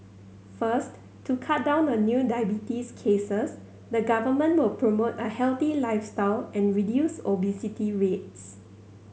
first to cut down the new diabetes cases the Government will promote a healthy lifestyle and reduce obesity rates